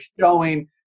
showing